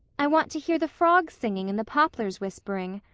i want to hear the frogs singing and the poplars whispering.